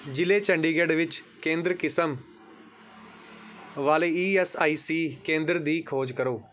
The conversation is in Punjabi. ਜ਼ਿਲ੍ਹੇ ਚੰਡੀਗੜ੍ਹ ਵਿੱਚ ਕੇਂਦਰ ਕਿਸਮ ਵਾਲੇ ਈ ਐੱਸ ਆਈ ਸੀ ਕੇਂਦਰਾਂ ਦੀ ਖੋਜ ਕਰੋ